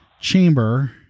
chamber